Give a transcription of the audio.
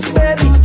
baby